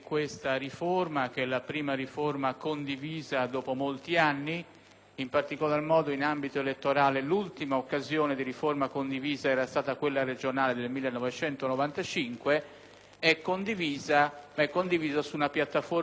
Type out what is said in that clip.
in particolar modo, in ambito elettorale, l'ultima occasione di riforma condivisa fu quella del 1995 per le regionali -, è condivisa su una piattaforma limitata, cioè quella dell'inserimento di una clausola di sbarramento,